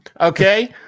okay